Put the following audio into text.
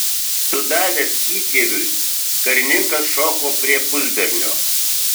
sudavęs įtėviui karininkas šoko prie pusbernio